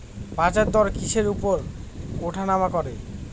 বাজারদর কিসের উপর উঠানামা করে?